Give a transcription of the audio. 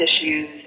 issues